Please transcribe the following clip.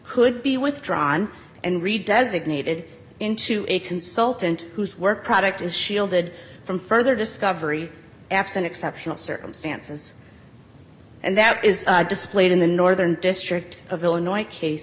could be withdrawn and read designated into a consultant whose work product is shielded from further discovery absent exceptional circumstances and that is displayed in the northern district of illinois case